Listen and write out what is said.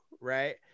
right